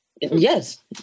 yes